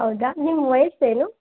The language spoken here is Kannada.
ಹೌದಾ ನಿಮ್ಮ ವಯಸ್ಸೇನು